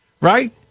right